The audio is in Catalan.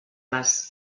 les